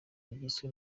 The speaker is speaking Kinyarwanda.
yiswe